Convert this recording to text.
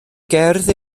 gerdd